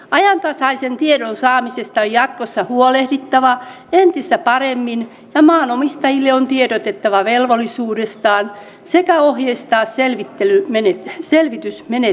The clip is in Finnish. ajantasaisen tiedon saamisesta on jatkossa huolehdittava entistä paremmin ja maanomistajille on tiedotettava näiden velvollisuudesta sekä ohjeistettava selvitysmenettelyssä